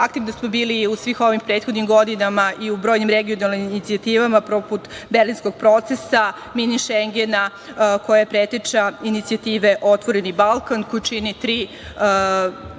Aktivni smo bili i u svim ovim prethodnim godinama i u brojnim regionalnim inicijativama poput Berlinskog procesa, mini Šengena koji je preteča inicijative "otvoreni Balkan" koju čini tri